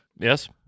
Yes